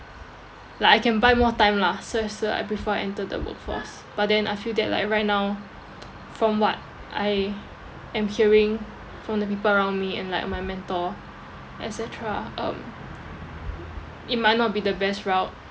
like I can buy more time lah before I enter the workforce but then I feel like right now from what I am hearing from the people around me and like my mentor et cetera um it might not the best route